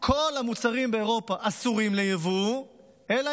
כל המוצרים באירופה אסורים ביבוא אלא